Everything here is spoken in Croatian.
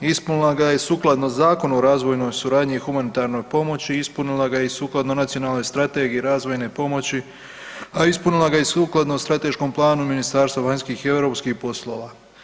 Ispunila ga je sukladno Zakonu o razvojnoj suradnji i humanitarnoj pomoći, ispunila ga je i sukladno nacionalnoj strategiji razvojne pomoći, a ispunila ga je i strateškom planu Ministarstvu vanjskih i europskih poslova.